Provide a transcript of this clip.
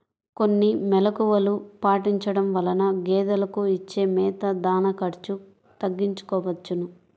కొన్ని మెలుకువలు పాటించడం వలన గేదెలకు ఇచ్చే మేత, దాణా ఖర్చు తగ్గించుకోవచ్చును